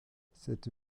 cette